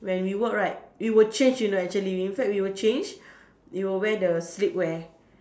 when we work right we would change you know actually in fact we would change we would wear the sleepwear